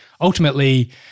ultimately